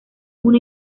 una